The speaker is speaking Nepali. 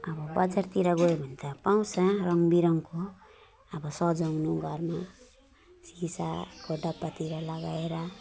अब बजारतिर गयो भने त पाउँछ रङबिरङको अब सजाउनु घरमा सिसा तिर लगाएर